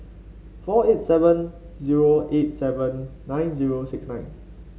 four eight seven zero eight seven nine zero six nine